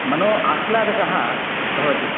मनो आह्लादकः भवति